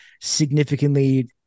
significantly